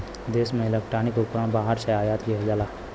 देश में इलेक्ट्रॉनिक उपकरण बाहर से आयात किहल जाला